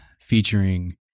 featuring